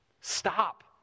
Stop